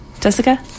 Jessica